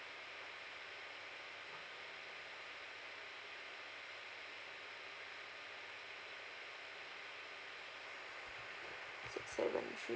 six seven three